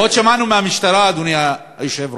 ועוד שמענו מהמשטרה, אדוני היושב-ראש,